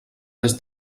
des